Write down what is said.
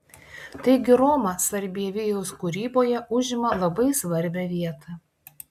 taigi roma sarbievijaus kūryboje užima labai svarbią vietą